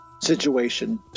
situation